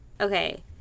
okay